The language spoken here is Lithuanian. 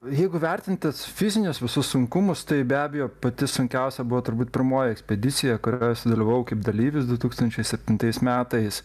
jeigu vertintis fizinius visus sunkumus tai be abejo pati sunkiausia buvo turbūt pirmoji ekspedisija kurioje sudalyvavau kaip dalyvis du tūkstančiai septintais metais